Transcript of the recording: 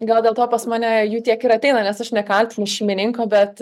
gal dėl to pas mane jų tiek ir ateina nes aš nekaltinu šeimininko bet